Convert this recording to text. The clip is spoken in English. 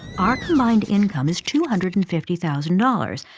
our combined income is two hundred and fifty thousand dollars,